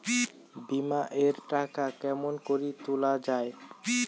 বিমা এর টাকা কেমন করি তুলা য়ায়?